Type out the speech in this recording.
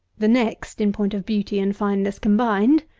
the next, in point of beauty and fineness combined,